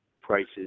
prices